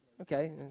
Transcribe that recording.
Okay